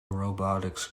robotics